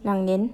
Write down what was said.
两年